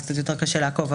אז יותר קשה לעקוב.